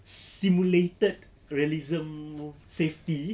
simulated realism safety